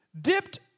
dipped